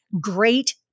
great